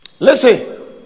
Listen